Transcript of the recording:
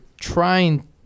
trying